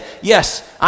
yes